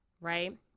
right